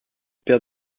père